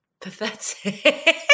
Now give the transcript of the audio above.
pathetic